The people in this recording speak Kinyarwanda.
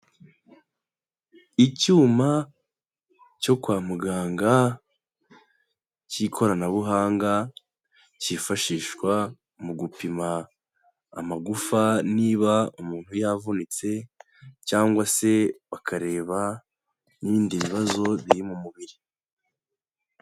Icyuma cyo kwa muganga cy'ikoranabuhanga cyifashishwa mu gupima amagufwa, niba umuntu yavunitse cyangwa se bakareba n'ibindi bibazo biri mu mubiri.